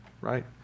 right